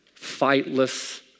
fightless